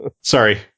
Sorry